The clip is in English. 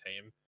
team